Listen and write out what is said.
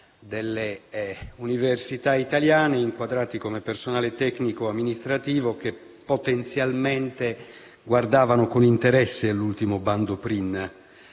delle università italiane inquadrati come personale tecnico-amministrativo che potenzialmente guardavano con interesse all'ultimo bando PRIN.